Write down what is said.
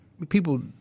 People